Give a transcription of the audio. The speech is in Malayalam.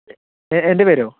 എൻ്റെ പേരോ